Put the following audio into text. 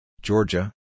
Georgia